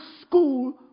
school